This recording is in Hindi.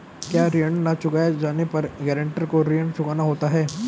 क्या ऋण न चुकाए जाने पर गरेंटर को ऋण चुकाना होता है?